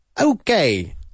okay